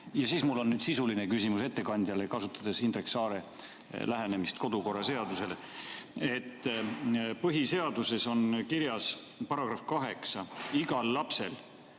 siis mul on sisuline küsimus ettekandjale, kasutades Indrek Saare lähenemist kodukorraseadusele. Põhiseaduse §-s 8 on kirjas, et igal lapsel,